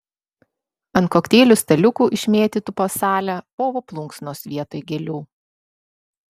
ant kokteilių staliukų išmėtytų po salę povo plunksnos vietoj gėlių